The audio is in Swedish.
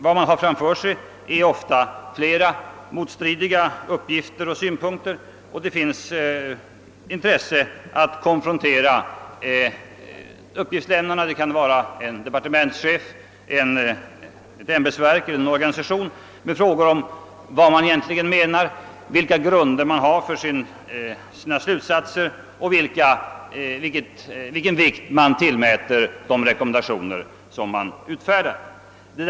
Man har ofta framför sig flera motstridiga uppgifter och synpunkter, och man har intresse av att konfrontera uppgiftslämnarna — det kan vara en departementschef, ett ämbetsverk eller en organisation — med frågor om vad de egentligen menar, vilka grunder de har för sina slutsatser och vilken vikt de tillmäter sina rekommendationer etc.